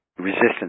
Resistance